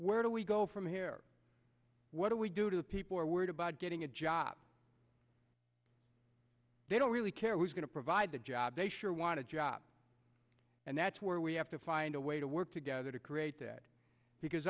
where do we go from here what do we do to people are worried about getting a job they don't really care was going to provide the job they sure want a job and that's where we have to find a way to work together to create that because